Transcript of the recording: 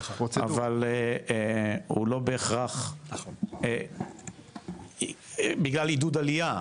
אבל הוא לא בהכרח בגלל עידוד עלייה,